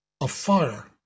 afire